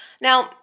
Now